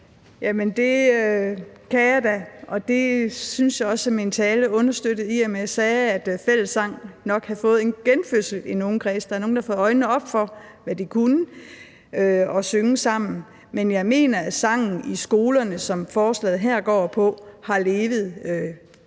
Det kan jeg da, og det synes jeg også at min tale understøttede, i og med at jeg sagde, at fællessang nok havde fået en genfødsel i nogle kredse. Der er nogle, der har fået øjnene op for, hvad det at synge sammen kan, men jeg mener, at sangen i skolerne, som forslaget her går på, har levet